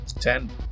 Ten